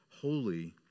holy